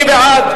מי בעד?